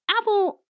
Apple